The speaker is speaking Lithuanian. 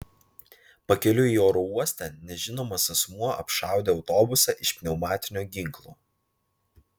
pakeliui į oro uostą nežinomas asmuo apšaudė autobusą iš pneumatinio ginklo